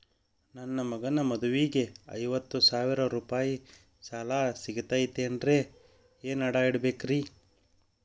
ನನ್ನ ಮಗನ ಮದುವಿಗೆ ಐವತ್ತು ಸಾವಿರ ರೂಪಾಯಿ ಸಾಲ ಸಿಗತೈತೇನ್ರೇ ಏನ್ ಅಡ ಇಡಬೇಕ್ರಿ?